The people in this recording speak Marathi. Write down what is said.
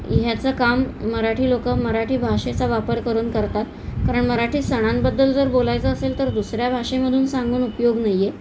ह्याचं काम मराठी लोक मराठी भाषेचा वापर करून करतात कारण मराठी सणांबद्दल जर बोलायचं असेल तर दुसऱ्या भाषेमधून सांगून उपयोग नाही आहे